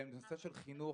והן נושא של חינוך,